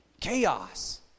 chaos